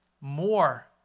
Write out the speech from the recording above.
more